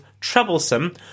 troublesome